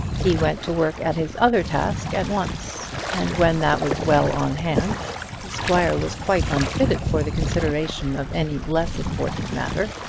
he went to work at his other task at once and when that was well on hand the squire was quite unfitted for the consideration of any less important matter,